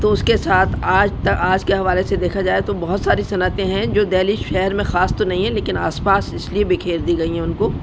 تو اس کے ساتھ آج آج کے حوالے سے دیکھا جائے تو بہت ساری صنعتیں ہیں جو دہلی شہر میں خاص تو نہیں ہیں لیکن آس پاس اس لیے بکھیر دی گئی ہیں ان کو